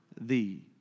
thee